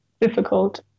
Difficult